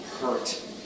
hurt